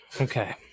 Okay